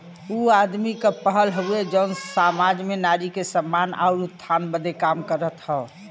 ऊ आदमी क पहल हउवे जौन सामाज में नारी के सम्मान आउर उत्थान बदे काम करत हौ